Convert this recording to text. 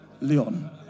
Leon